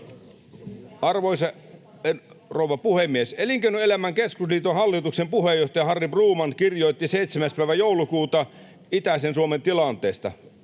Arvoisa rouva puhemies! Elinkeinoelämän keskusliiton hallituksen puheenjohtaja Harri Broman kirjoitti 7. päivä joulukuuta itäisen Suomen tilanteesta.